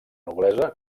noblesa